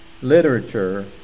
literature